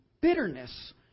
bitterness